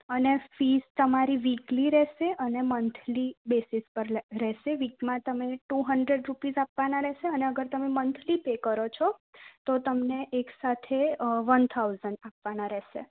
અને ફીસ તમારી વિકલી રહેશે અને મંથલી બેસીસ પર રહેશે વીકમાં તમે ટુ હન્ડરેડ રૂપીસ આપવાના રહેશે અને અગર તમે મંથલી પે કરો છો તો તમને એક સાથે વન થાઉઝન્ડ આપવાના રહેશે